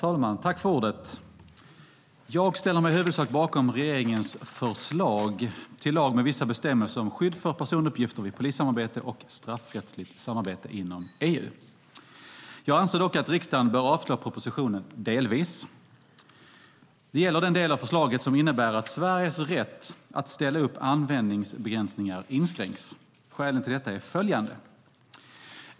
Herr talman! Jag ställer mig i huvudsak bakom regeringens förslag till lag med vissa bestämmelser om skydd för personuppgifter vid polissamarbete och straffrättsligt samarbete inom EU. Jag anser dock att riksdagen bör avslå propositionen delvis. Det gäller den del av förslaget som innebär att Sveriges rätt att ställa upp användningsbegränsningar inskränks. Skälen till detta är följande.